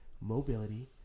mobility